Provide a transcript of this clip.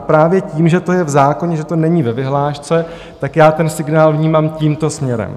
Právě tím, že to je v zákoně, že to není ve vyhlášce, tak já ten signál vnímám tímto směrem.